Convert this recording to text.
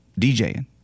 DJing